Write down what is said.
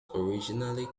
originally